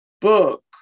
book